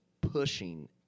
pushing